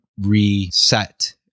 reset